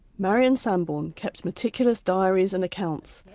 marion sambourne kept meticulous diaries and accounts,